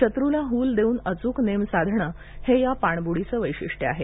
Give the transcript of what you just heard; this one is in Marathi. शत्रूला हूल देऊन अचूक नेम साधणे या पाणबुडीचं वैशिष्ट्य आहे